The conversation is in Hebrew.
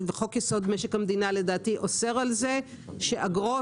חוק-יסוד: משק המדינה לדעתי אוסר על זה שאגרות